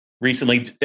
recently